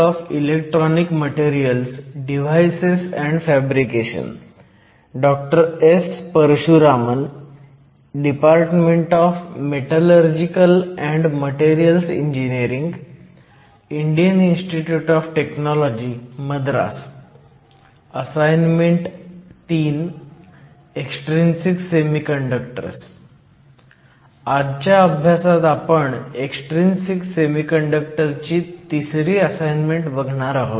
आजच्या अभ्यासात आपण एक्सट्रीन्सिक सेमीकंडक्टर ची तिसरी असाईनमेंट बघणार आहोत